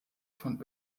von